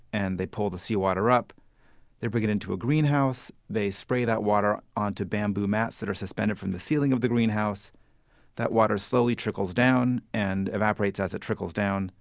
and they pull the seawater up they bring it into a greenhouse they spray that water onto bamboo mats that are suspended from the ceiling of the greenhouse and that water slowly trickles down and evaporates as it trickles down.